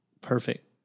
perfect